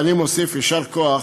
אני מוסיף: יישר כוח